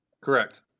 Correct